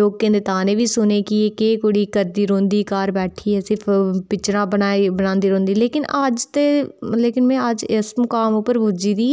लोकें दे तान्ने बी सुने कि एह् केह् करदी रौंहदी कुड़ी घर बैठियै सिर्फ पिक्चरां बनाई बनांदी रौंह्दी लेकिन अज्ज ते लेकिन में अज्ज इस मुकाम उप्पर पुज्जी दी